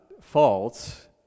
faults